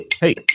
hey